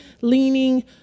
leaning